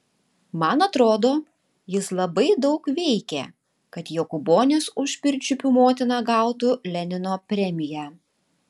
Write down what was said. man atrodo jis labai daug veikė kad jokūbonis už pirčiupių motiną gautų lenino premiją